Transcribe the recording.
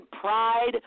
pride